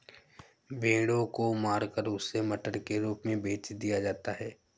भेड़ों को मारकर उसे मटन के रूप में बेच दिया जाता है